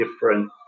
different